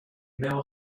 mill